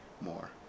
more